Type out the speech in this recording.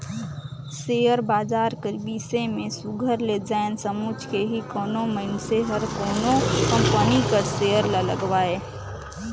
share बजार कर बिसे में सुग्घर ले जाएन समुझ के ही कोनो मइनसे हर कोनो कंपनी कर सेयर ल लगवाए